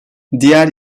diğer